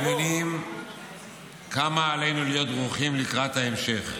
ומבינים כמה עלינו להיות דרוכים לקראת ההמשך.